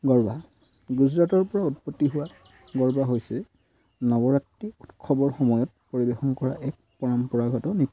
গৰ্বা গুজৰাটৰপৰা উৎপত্তি হোৱা গৰ্বা হৈছে নৱৰাত্ৰি উৎসৱৰ সময়ত পৰিৱেশন কৰা এক পৰম্পৰাগত নৃত্য